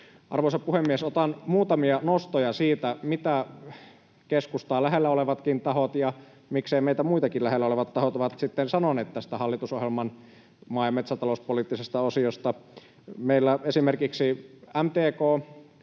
Arvoisa puhemies! Otan muutamia nostoja siitä, mitä keskustaa lähellä olevatkin tahot ja miksei meitä muitakin lähellä olevat tahot ovat sitten sanoneet tästä hallitusohjelman maa- ja metsätalouspoliittisesta osiosta: Esimerkiksi MTK